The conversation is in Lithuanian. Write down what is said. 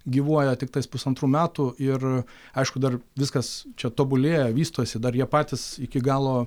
gyvuoja tiktais pusantrų metų ir aišku dar viskas čia tobulėja vystosi dar jie patys iki galo